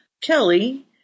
Kelly